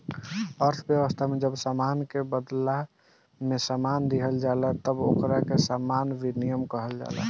अर्थव्यवस्था में जब सामान के बादला में सामान दीहल जाला तब ओकरा के सामान विनिमय कहल जाला